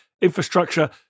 infrastructure